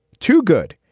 too good.